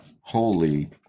holy